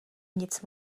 nic